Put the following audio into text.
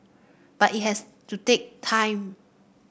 but it has to take time